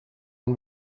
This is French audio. une